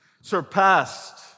surpassed